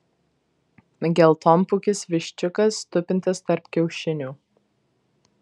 geltonpūkis viščiukas tupintis tarp kiaušinių